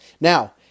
Now